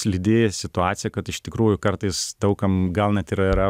slidi situacija kad iš tikrųjų kartais daug kam gal net ir yra